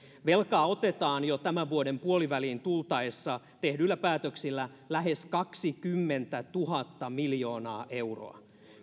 velkaa otetaan jo tämän vuoden puoliväliin tultaessa tehdyillä päätöksillä lähes kaksikymmentätuhatta miljoonaa euroa